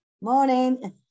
Morning